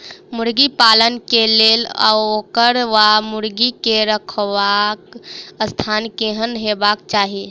मुर्गी पालन केँ लेल ओकर वा मुर्गी केँ रहबाक स्थान केहन हेबाक चाहि?